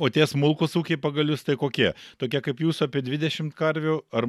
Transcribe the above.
o tie smulkūs ūkiai pagal jus tai kokie tokie kaip jūs apie dvidešimt karvių ar